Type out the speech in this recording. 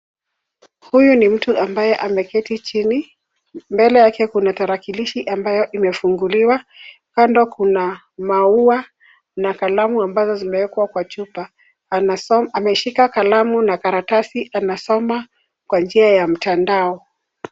Huyu ni mtu ambaye ameketi chini, mbele yake kuna tarakilishi ambayo imefunguliwa ,kando kuna maua na kalamu ambazo zimewekwa kwa chupa, anasoma, ameshika kalamu na karatasi anasoma kwa njia ya mtandao.